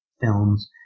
films